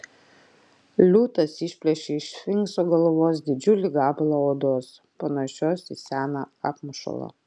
liūtas išplėšė iš sfinkso galvos didžiulį gabalą odos panašios į seną apmušalą